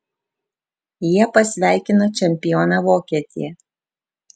jie pasveikino čempioną vokietį